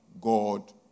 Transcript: God